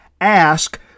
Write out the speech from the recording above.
ask